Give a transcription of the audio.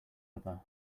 other